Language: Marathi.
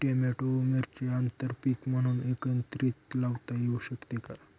टोमॅटो व मिरची आंतरपीक म्हणून एकत्रित लावता येऊ शकते का?